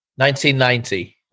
1990